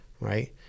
right